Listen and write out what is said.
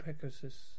Pegasus